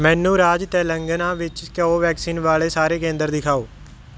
ਮੈਨੂੰ ਰਾਜ ਤੇਲੰਗਾਨਾ ਵਿੱਚ ਕੋਵੈਕਸਿਨ ਵਾਲੇ ਸਾਰੇ ਕੇਂਦਰ ਦਿਖਾਓ